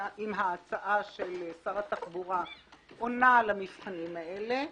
אם ההצעה של שר התחבורה עונה על המבחנים האלה,